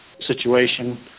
situation